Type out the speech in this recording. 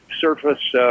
surface